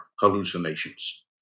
hallucinations